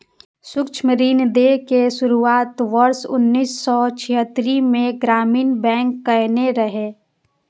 सूक्ष्म ऋण दै के शुरुआत वर्ष उन्नैस सय छिहत्तरि मे ग्रामीण बैंक कयने रहै